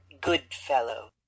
Goodfellow